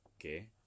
okay